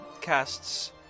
casts